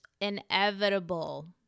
inevitable